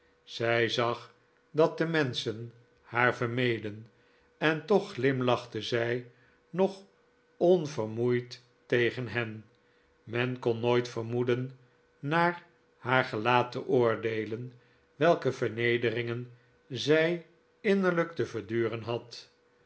zij zag dat de menschen haar vermeden en toch glimlachte zij nog onvermoeid tegen hen men kon nooit vermoeden naar haar gelaat te oordeelen welke vernederingen zij innerlijk te verduren had